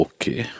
Okay